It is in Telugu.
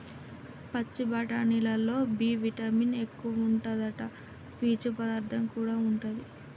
పచ్చి బఠానీలల్లో బి విటమిన్ ఎక్కువుంటాదట, పీచు పదార్థం కూడా ఉంటది